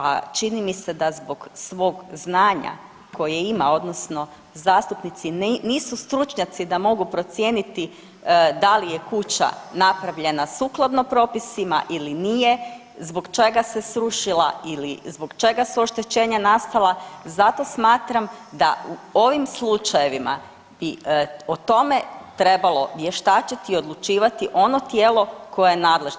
A čini mi se da zbog svog znanja koje ima odnosno zastupnici nisu stručnjaci da mogu procijeniti da li je kuća napravljena sukladno propisima ili nije, zbog čega se srušila ili zbog čega su oštećenja nastala zato smatram da u ovim slučajevima bi o tome trebalo vještačiti i odlučivati ono tijelo koje je nadležno.